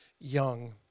young